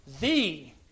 thee